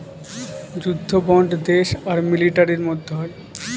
যুদ্ধ বন্ড দেশ আর মিলিটারির মধ্যে হয়